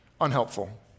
unhelpful